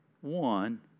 one